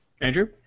Andrew